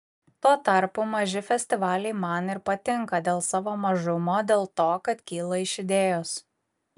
tuo tarpu maži festivaliai man ir patinka dėl savo mažumo dėl to kad kyla iš idėjos